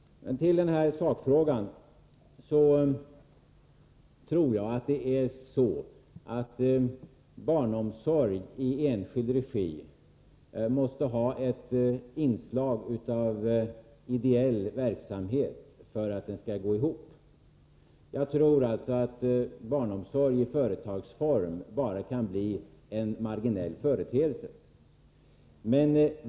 Beträffande sakfrågan tror jag att barnomsorg i enskild regi måste ha ett inslag av ideell verksamhet för att gå ihop. Jag tror att barnomsorg i företagsform kan bli bara en marginell företeelse.